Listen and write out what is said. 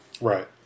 Right